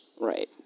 right